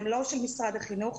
הם לא של משרד החינוך,